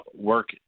Work